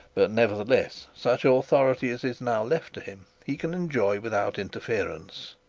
but nevertheless such authority as is now left to him he can enjoy without interference.